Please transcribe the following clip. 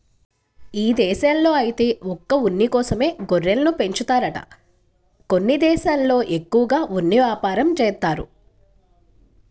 ఇదేశాల్లో ఐతే ఒక్క ఉన్ని కోసమే గొర్రెల్ని పెంచుతారంట కొన్ని దేశాల్లో ఎక్కువగా ఉన్ని యాపారం జేత్తారు